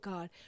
God